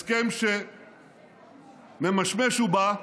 הסכם שממשמש ובא.